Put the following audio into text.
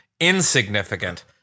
insignificant